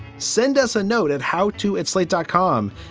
send us a note at how to at slate dot com.